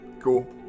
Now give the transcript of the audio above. cool